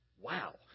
Wow